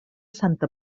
santa